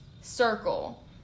circle